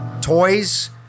toys